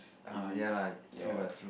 err ya lah true lah true